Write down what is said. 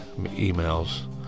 emails